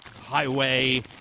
Highway